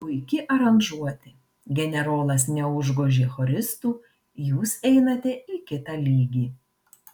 puiki aranžuotė generolas neužgožė choristų jūs einate į kitą lygį